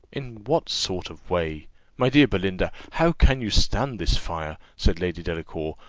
in what sort of way my dear belinda, how can you stand this fire? said lady delacour,